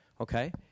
Okay